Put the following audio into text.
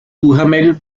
duhamel